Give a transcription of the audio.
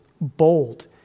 bold